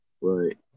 right